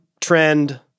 trend